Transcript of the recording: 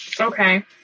Okay